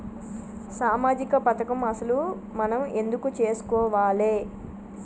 సామాజిక పథకం అసలు మనం ఎందుకు చేస్కోవాలే?